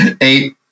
eight